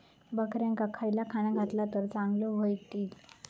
बकऱ्यांका खयला खाणा घातला तर चांगल्यो व्हतील?